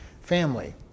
family